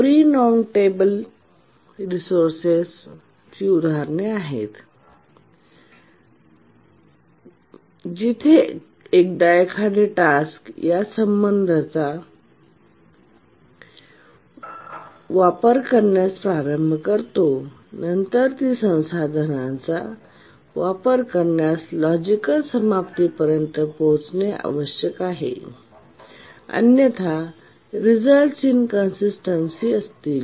pre non preemptable resources ची उदाहरणे आहेत जिथे एकदा एखादे टास्क या संसाधनांचा वापर करण्यास प्रारंभ करतो नंतर ती संसाधनांचा वापर करण्याच्या लॉजिकल समाप्तीपर्यंत पोहोचणे आवश्यक आहे अन्यथा रिझल्ट्स इन कंसिस्टन्ट असतील